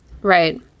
right